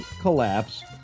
collapse